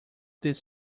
this